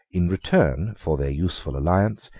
in return for their useful alliance,